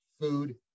Food